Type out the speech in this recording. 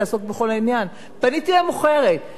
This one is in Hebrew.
פניתי למוכרת ואמרתי: שלום,